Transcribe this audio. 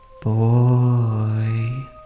Boy